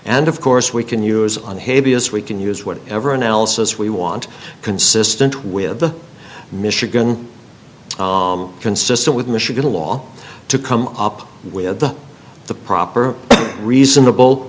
and of course we can use on havey as we can use what ever analysis we want consistent with the michigan consistent with michigan law to come up with the the proper reasonable